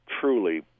truly